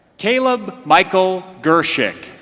caleb michael gershik